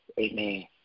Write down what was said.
Amen